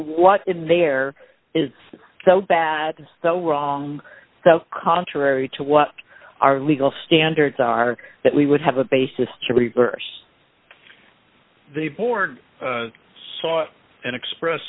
what's in there is so bad so wrong so contrary to what our legal standards are that we would have a basis to reverse the board saw and express